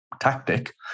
tactic